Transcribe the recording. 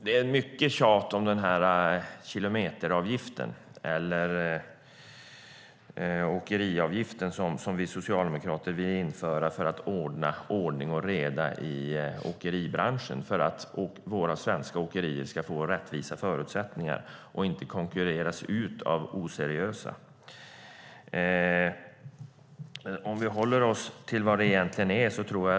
Det är mycket tjat om kilometeravgiften eller åkeriavgiften som vi socialdemokrater vill införa för att få ordning och reda i åkeribranschen så att våra svenska åkerier ska få rättvisa förutsättningar och inte konkurreras ut av oseriösa. Vi kan hålla oss till vad det egentligen är.